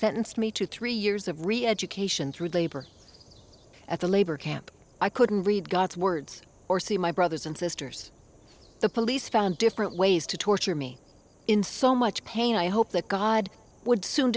sentenced me to three years of re education through labor at the labor camp i couldn't read god's words or see my brothers and sisters the police found different ways to torture me in so much pain i hope that god would soon